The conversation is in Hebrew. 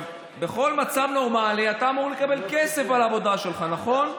בכל מצב נורמלי אתה מקבל כסף על העבודה שלך, נכון?